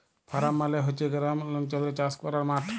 farm মালে হছে গেরামালচলে চাষ ক্যরার মাঠ